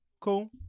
cool